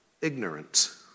ignorant